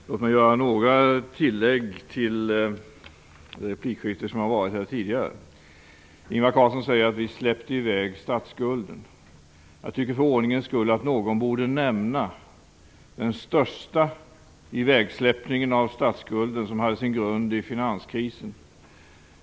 Herr talman! Låt mig göra några tillägg till replikskiften som har varit här tidigare. Ingvar Carlsson säger att vi släppte i väg statsskulden. Jag tycker för ordningens skull att någon borde nämna den största ivägsläppningen av statsskulden, som hade sin grund i finanskrisen.